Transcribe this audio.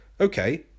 Okay